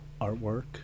artwork